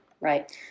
Right